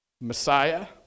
Messiah